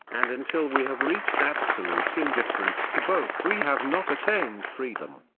and until we have reached absolute indifference to both we have not attained freedom.